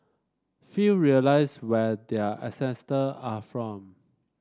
few realise where their ancestors are from